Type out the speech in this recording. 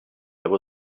there